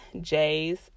j's